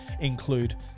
include